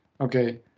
okay